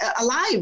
alive